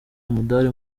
umudari